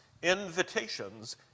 invitations